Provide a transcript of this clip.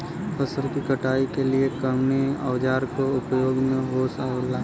फसल की कटाई के लिए कवने औजार को उपयोग हो खेला?